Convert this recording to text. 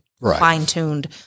Fine-tuned